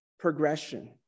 progression